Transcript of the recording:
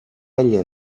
ella